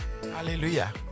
Hallelujah